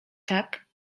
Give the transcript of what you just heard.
tak